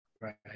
Right